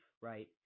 right